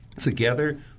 together